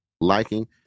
liking